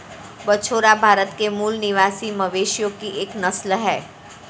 बछौर भारत के मूल निवासी मवेशियों की एक नस्ल है